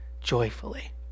joyfully